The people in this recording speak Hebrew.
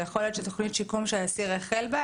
ויכול להיות שתוכנית שיקום שאסיר החל בה,